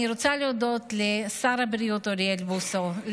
אני רוצה להודות לשר הבריאות אוריאל בוסו,